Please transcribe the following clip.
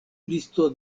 listo